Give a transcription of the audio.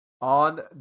on